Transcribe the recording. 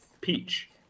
Peach